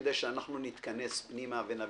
כדי שאנחנו נתכנס פנימה ונבין,